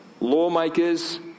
lawmakers